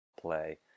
play